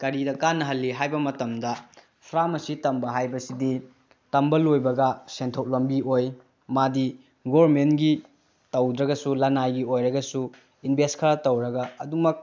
ꯀꯔꯤꯗ ꯀꯥꯟꯅꯍꯜꯂꯤ ꯍꯥꯏꯕ ꯃꯇꯝꯗ ꯐꯥꯔꯃꯥꯁꯤ ꯇꯝꯕ ꯍꯥꯏꯕꯁꯤꯗꯤ ꯇꯝꯕ ꯂꯣꯏꯕꯒ ꯁꯦꯟꯊꯣꯛ ꯂꯝꯕꯤ ꯑꯣꯏ ꯃꯥꯗꯤ ꯒꯣꯔꯃꯦꯟꯒꯤ ꯇꯧꯗ꯭ꯔꯒꯁꯨ ꯂꯅꯥꯏꯒꯤ ꯑꯣꯏꯔꯒꯁꯨ ꯏꯟꯚꯦꯁ ꯈꯔ ꯇꯧꯔꯒ ꯑꯗꯨꯃꯛ